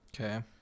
Okay